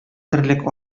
терлек